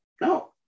No